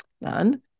none